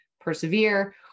persevere